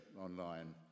online